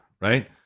right